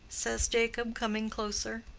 says jacob, coming closer.